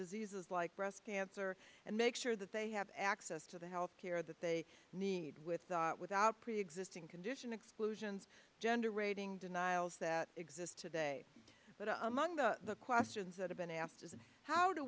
diseases like breast cancer and make sure that they have access to the health care that they need with without preexisting condition exclusions generating denials that exist today but among the questions i've been asked how do